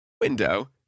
Window